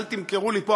אל תמכרו לי פה,